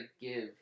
give